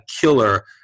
killer